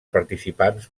participants